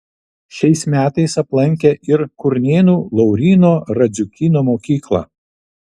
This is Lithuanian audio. šiais metais aplankė ir kurnėnų lauryno radziukyno mokyklą